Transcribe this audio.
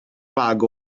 bag